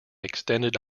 extended